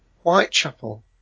Whitechapel